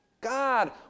God